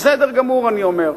בסדר גמור אני אומר.